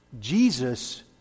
Jesus